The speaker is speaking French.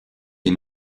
des